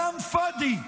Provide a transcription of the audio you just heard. כלאם פאדי.